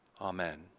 Amen